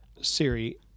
Siri